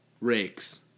Rakes